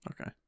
Okay